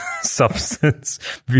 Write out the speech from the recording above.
substance